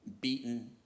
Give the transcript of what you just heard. beaten